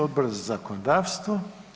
Odbora za zakonodavstvo.